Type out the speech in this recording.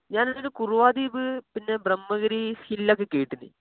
ഞാനൊരു കുറുവ ദ്വീപ് പിന്നെ ബ്രമ്മഗിരി ഹില്ലൊക്കെ കേട്ടിരുന്നു